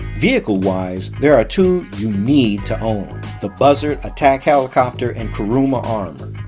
vehicle-wise there are two you need to own the buzzard attack helicopter and kuruma armored.